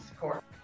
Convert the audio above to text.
court